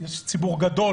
יש ציבור גדול,